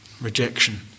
rejection